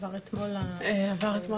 עבר אתמול לוועדה.